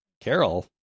Carol